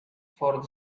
for